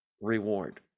reward